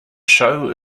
show